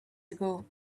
ago